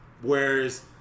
Whereas